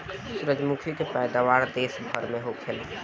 सूरजमुखी के पैदावार देश भर में होखेला